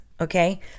Okay